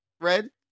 red